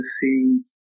seeing